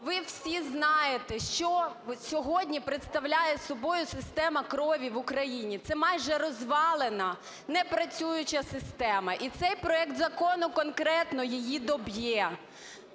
Ви всі знаєте, що сьогодні представляє собою система крові в Україні. Це майже розвалена, непрацююча система. І цей проект закону конкретно її доб'є.